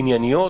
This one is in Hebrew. ענייניות,